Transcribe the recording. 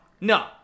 No